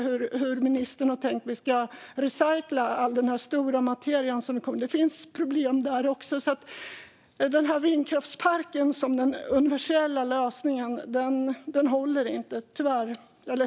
Hur har ministern tänkt att vi ska recycla all den stora materia som finns? Det finns problem även här. Jag är ledsen, men att se vindkraftsparken som den universella lösningen håller tyvärr inte.